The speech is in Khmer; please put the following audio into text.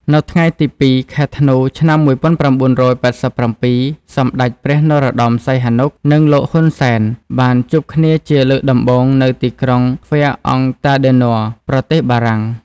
នៅថ្ងៃទី ២ ខែធ្នូ ឆ្នាំ ១៩៨៧ សម្តេចព្រះនរោត្តម សីហនុ និងលោក ហ៊ុន សែន បានជួបគ្នាជាលើកដំបូងនៅទីក្រុងហ្វែអង់តាដឺន័រ ប្រទេសបារាំង។